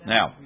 Now